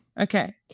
Okay